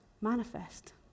manifest